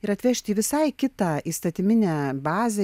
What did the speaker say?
ir atvežt į visai kitą įstatyminę bazę